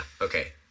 okay